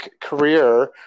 career